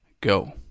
go